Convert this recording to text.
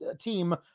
team